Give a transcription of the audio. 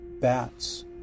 bats